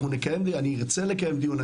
אני ארצה לקיים דיון,